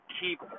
keep